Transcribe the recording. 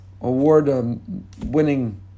award-winning